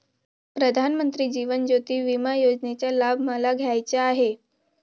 प्रधानमंत्री जीवन ज्योती विमा योजनेचा लाभ मला घ्यायचा आहे